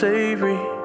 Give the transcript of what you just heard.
Savory